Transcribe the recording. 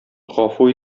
гафу